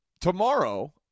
Tomorrow